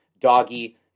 Doggy